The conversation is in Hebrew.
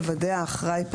יוודא האחראי,